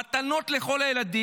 מתנות לכל הילדים.